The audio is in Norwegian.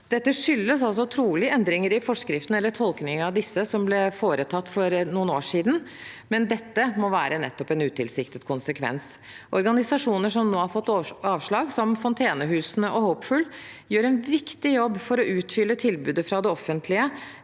Dette skyldes trolig endringer i forskriftene – eller tolkningen av disse – som ble foretatt for noen år siden, men det må være nettopp en utilsiktet konsekvens. Organisasjoner som nå har fått avslag, som fontenehusene og Hopeful, gjør en viktig jobb for å utfylle tilbudet fra det offentlige.